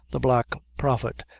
the black prophet,